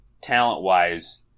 talent-wise